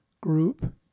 group